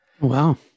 Wow